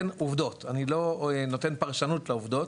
עובדות, אני לא נותן פרשנות לעובדות.